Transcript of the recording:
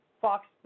Fox